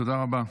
תודה רבה.